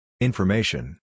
INFORMATION